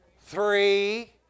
three